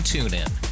TuneIn